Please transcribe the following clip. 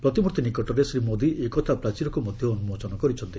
ପ୍ରତିମୂର୍ତ୍ତି ନିକଟରେ ଶ୍ରୀ ମୋଦି ଏକତା ପ୍ରାଚୀରକୁ ମଧ୍ୟ ଉନ୍ଦୋଚନ କରିଛନ୍ତି